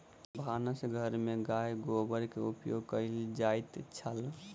भानस घर में गाय गोबरक उपयोग कएल जाइत छल